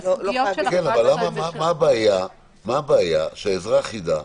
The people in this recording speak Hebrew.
מה הבעיה שאזרח ידע,